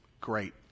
great